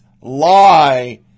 lie